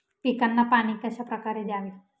पिकांना पाणी कशाप्रकारे द्यावे?